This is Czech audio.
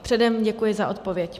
Předem děkuji za odpověď.